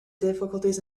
difficulties